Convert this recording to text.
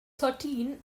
thirteen